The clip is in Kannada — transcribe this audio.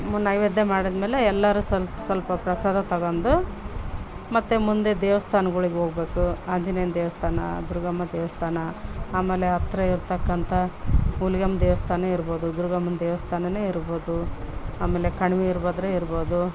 ನೈವೇದ್ಯ ಮಾಡಿದ್ಮೇಲೆ ಎಲ್ಲರು ಸ್ವಲ್ಪ್ ಸ್ವಲ್ಪ ಪ್ರಸಾದ ತಗೊಂಡು ಮತ್ತು ಮುಂದೆ ದೇವಸ್ಥಾನಗಳಿಗ್ ಹೋಗ್ಬೇಕು ಆಂಜನೇಯನ ದೇವಸ್ಥಾನ ದುರ್ಗಮ್ಮ ದೇವಸ್ಥಾನ ಆಮೇಲೆ ಹತ್ತಿರ ಇರ್ತಕ್ಕಂಥ ಹುಲಿಗ್ಯಮ್ಮ ದೇವಸ್ಥಾನ ಇರ್ಬೋದು ದುರ್ಗಮ್ಮನ ದೇವಸ್ಥಾನನೇ ಇರ್ಬೋದು ಆಮೇಲೆ ಕಣ್ವೀರಭದ್ರ ಇರ್ಬೋದು